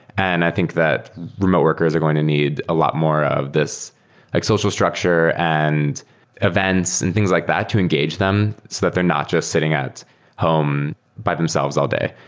and i think that remote workers are going to need a lot more of this like social structure and events and things like that to engage them so that they're not just sitting at home by themselves all day.